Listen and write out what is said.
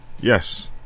yes